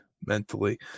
mentally